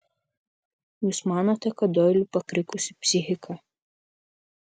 jūs manote kad doiliui pakrikusi psichika